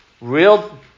real